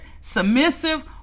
submissive